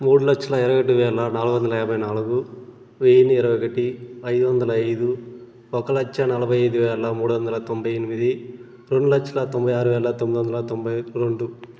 మూడు లక్షల రెండు వేల నాలుగు వందల యాభై నాలుగు వెయ్యిన్ని ఇరవై ఒకటి ఐదు వందల ఐదు ఒక లక్షనలభై ఐదు వేల మూడు వందల తొంభై ఎనిమిది రెండు లక్షల తొంభై ఆరు వేల తొమ్మిది వందల తొంభై రెండు